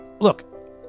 look